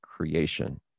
creation